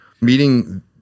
meeting